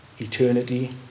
Eternity